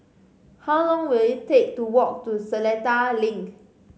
how long will it take to walk to Seletar Link